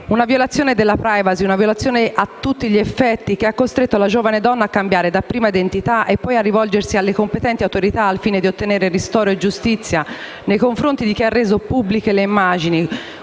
una violazione della *privacy*, una violazione a tutti gli effetti che l'ha costretta a cambiare dapprima identità e poi a rivolgersi alle competenti autorità al fine di ottenere ristoro e giustizia nei confronti di chi ha reso pubbliche le immagini,